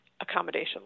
accommodation